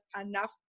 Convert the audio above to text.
enough